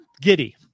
giddy